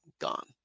Gone